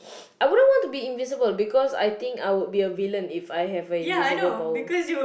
I wouldn't want to be invisible because I think I would be a villain If I have a invisible power